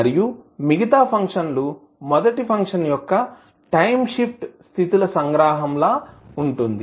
మరియు మిగతా ఫంక్షన్ లు మొదటి ఫంక్షన్ యొక్క టైమ్ షిఫ్ట్ స్థితుల సంగ్రహం లాగా ఉంటుంది